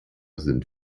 sind